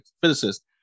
physicist